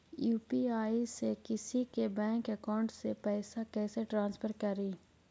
UPI से किसी के बैंक अकाउंट में पैसा कैसे ट्रांसफर करी?